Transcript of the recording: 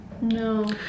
No